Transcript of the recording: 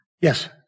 Yes